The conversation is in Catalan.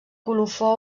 colofó